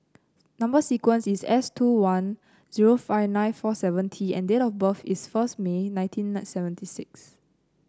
number sequence is S two one zero five nine four seven T and date of birth is first May nineteen seventy six